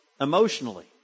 emotionally